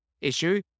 issue